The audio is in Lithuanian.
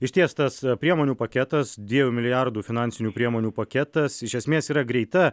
išties tas priemonių paketas dviejų milijardų finansinių priemonių paketas iš esmės yra greita